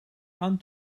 aan